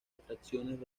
atracciones